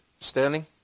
Sterling